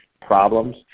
problems